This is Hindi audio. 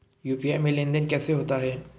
यू.पी.आई में लेनदेन कैसे होता है?